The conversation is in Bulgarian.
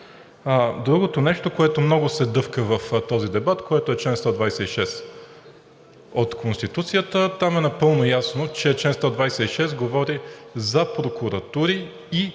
Другото нещо, което много се дъвка в този дебат, е чл. 126 от Конституцията. Там е напълно ясно, че чл. 126 говори за прокуратури и съдебни